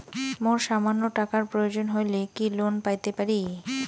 মোর সামান্য টাকার প্রয়োজন হইলে কি লোন পাইতে পারি?